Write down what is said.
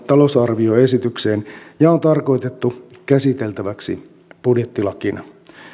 talousarvioesitykseen ja on tarkoitettu käsiteltäväksi budjettilakina